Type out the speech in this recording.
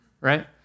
right